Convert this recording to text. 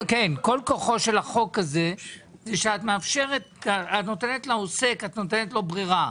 כל כוחו של החוק הזה הוא שאת נותנת לעוסק ברירה.